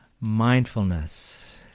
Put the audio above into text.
mindfulness